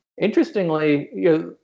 Interestingly